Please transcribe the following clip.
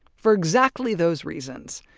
for exactly those reasons,